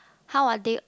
how are they